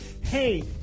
Hey